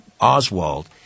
Oswald